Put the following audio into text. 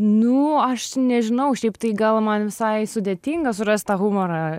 nu aš nežinau šiaip tai gal man visai sudėtinga surast tą humorą